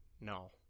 No